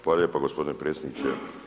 Hvala lijepa gospodine predsjedniče.